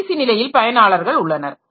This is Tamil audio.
கடைசி நிலையில் பயனாளர்கள் உள்ளனர்